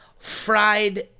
fried